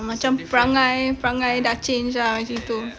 macam perangai perangai dah change ah macam gitu